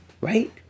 right